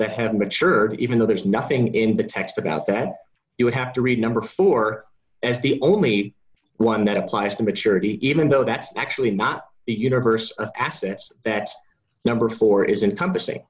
that have mature even though there's nothing in the text about that you would have to read number four as the only one that applies to maturity even though that's actually not a universe of assets that number four is in compassing